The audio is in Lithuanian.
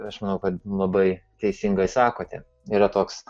aš manau kad labai teisingai sakote yra toks